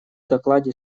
докладе